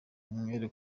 umwere